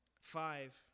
Five